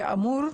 כאמור,